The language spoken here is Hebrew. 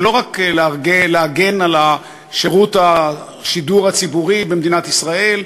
זה לא רק להגן על שירות השידור הציבורי במדינת ישראל,